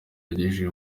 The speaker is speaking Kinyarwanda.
yagejeje